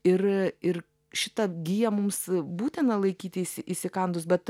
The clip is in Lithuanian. ir ir šitą giją mums būtina laikytis įsikandus bet